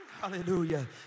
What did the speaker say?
Hallelujah